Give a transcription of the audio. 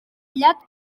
llac